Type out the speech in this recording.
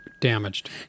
damaged